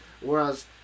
Whereas